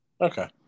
Okay